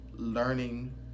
learning